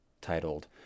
titled